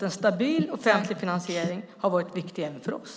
En stabil, offentlig finansiering har varit viktig även för oss.